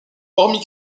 hormis